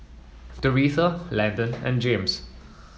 Doretha Landen and James